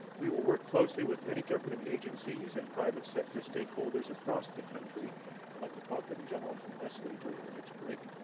we will work closely with many government agencies and private sector stakeholders across the country i'd like to talk with the gentleman from nestle during the next break